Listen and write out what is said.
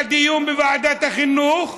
היה דיון בוועדת החינוך,